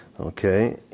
okay